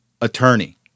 attorney